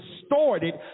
distorted